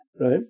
Right